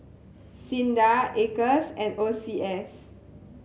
SINDA Acres and O C S